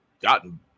gotten